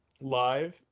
Live